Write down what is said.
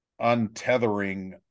untethering